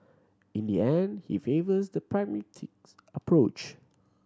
in the end he favours the pragmatics approach